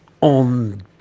on